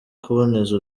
kuboneza